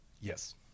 Yes